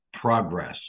progress